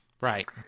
Right